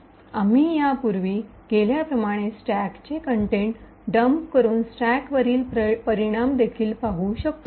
आम्ही यापूर्वी केल्या प्रमाणे स्टॅकचे कंटेनट डम्प करून स्टॅकवरील परिणाम देखील पाहू शकतो